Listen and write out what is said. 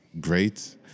great